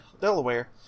Delaware